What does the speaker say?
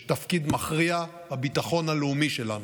יש תפקיד מכריע בביטחון הלאומי שלנו.